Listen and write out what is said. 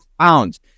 pounds